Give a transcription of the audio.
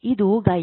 ಇದು ಗೈರಿ